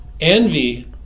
Envy